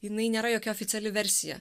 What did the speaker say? jinai nėra jokia oficiali versija